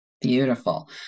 Beautiful